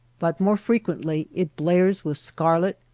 but more frequently it blares with scarlet,